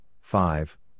five